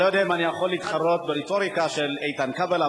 אני לא יודע אם אני יכול להתחרות ברטוריקה של איתן כבל,